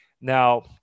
Now